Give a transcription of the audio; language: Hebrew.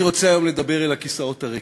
אני רוצה היום לדבר אל הכיסאות הריקים.